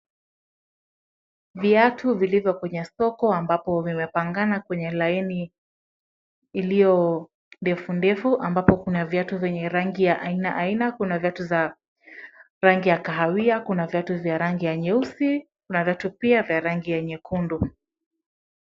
Viatu vilivyo kwenye soko ambapo vimepangana kwenye laini iliyo ndefu ndefu ambapo kuna viatu vya aina aina. Kuna viatu vya rangi ya kahawia, kuna viatu vya rangi ya nyeusi na kuna viatu pia via rangi nyekundu.